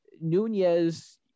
Nunez